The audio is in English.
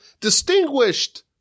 distinguished